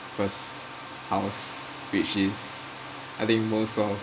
first house which is I think most of